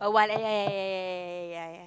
a while ya ya ya ya ya ya